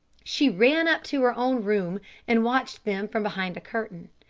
she ran up to her own room and watched them from behind a curtain.